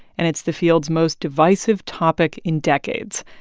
and it's the field's most divisive topic in decades.